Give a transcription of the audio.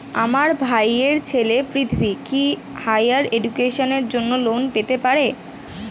আমার ভাইয়ের ছেলে পৃথ্বী, কি হাইয়ার এডুকেশনের জন্য লোন পেতে পারে?